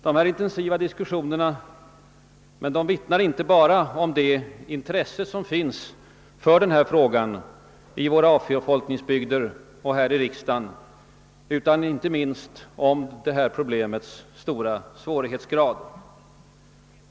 Dessa intensiva diskussioner vittnar inte bara om det intresse som finns för denna fråga i våra avfolkningsbygder och här i riksdagen, utan — och inte minst — om problemets svårighetsgrad.